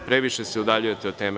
Previše se udaljujete od teme.